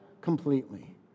completely